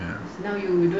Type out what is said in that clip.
ya